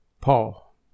Paul